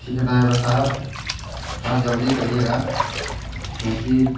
ठीक है ड्राइवर साहब थोड़ा जल्दी करिएगा क्योंकि